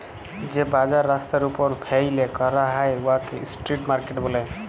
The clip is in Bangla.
যে বাজার রাস্তার উপর ফ্যাইলে ক্যরা হ্যয় উয়াকে ইস্ট্রিট মার্কেট ব্যলে